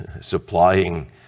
supplying